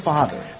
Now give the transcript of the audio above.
Father，